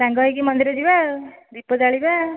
ସାଙ୍ଗ ହୋଇକି ମନ୍ଦିର ଯିବା ଦୀପ ଜାଳିବା